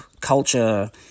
culture